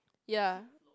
ya